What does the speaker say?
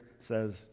says